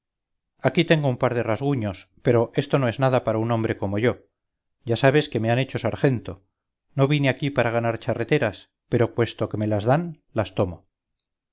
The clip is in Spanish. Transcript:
aquí tengo un par de rasguños pero esto no es nada para un hombre como yo ya sabes que me han hecho sargento no vine aquí para ganar charreteras pero puesto que me las dan las tomo